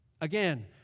Again